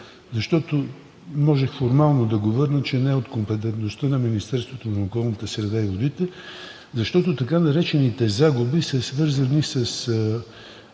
да го върна формално, че не е от компетентността на Министерството на околната среда и водите, защото така наречените загуби са свързани със